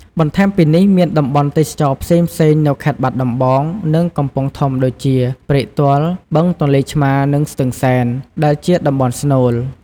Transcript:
បន្ថែមពីនេះ មានតំបន់ទេសចរណ៍ផ្សេងៗនៅខេត្តបាត់ដំបង និងកំពង់ធំដូចជា ព្រែកទាល់ បឹងទន្លេឆ្មារ និងស្ទឹងសែន ដែលជាតំបន់ស្នូល។